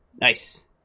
Nice